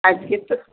আজকে তো